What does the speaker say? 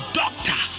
doctor